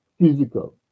physical